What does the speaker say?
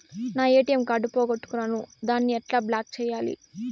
నా ATM card పోగొట్టుకున్నాను, దాన్ని ఎట్లా బ్లాక్ సేయాలి?